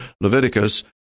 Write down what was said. Leviticus